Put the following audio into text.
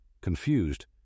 Confused